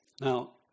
Now